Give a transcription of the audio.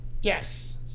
yes